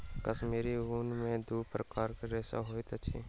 कश्मीरी ऊन में दू प्रकारक रेशा होइत अछि